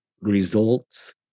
results